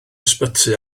ysbyty